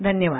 धन्यवाद